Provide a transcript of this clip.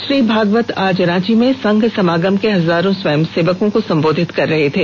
श्री भागवत आज रांची में संघ समागम के हजारों स्वयंसेवकॉ को संबोधित कर रहे थे